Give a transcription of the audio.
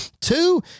two